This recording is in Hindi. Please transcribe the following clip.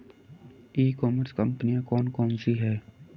ई कॉमर्स कंपनियाँ कौन कौन सी हैं?